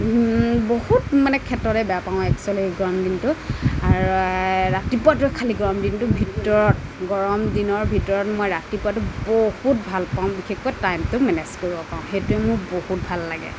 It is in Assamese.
বহুত মানে ক্ষেত্ৰতে বেয়া পাওঁ এক্সোৱেলি গৰম দিনটো আৰু ৰাতিপুৱাটোৱে খালি গৰম দিনটো ভিতৰত গৰম দিনৰ ভিতৰত মই ৰাতিপুৱাটো বহুত ভাল পাওঁ বিশেষকৈ টাইমটো মেনেজ কৰিব পাৰোঁ সেইটোৱে মোৰ বহুত ভাল লাগে